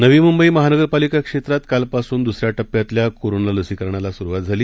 नवीमुंबईमहानगरपालिकाक्षेत्रातकालपासूनदु्सऱ्याटप्प्यातल्याकोरोनालसीकरणालासुरुवातझाली